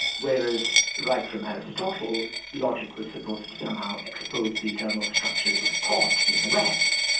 whereas right from aristotle logic was supposed to somehow expose the eternal structures of thought in the west.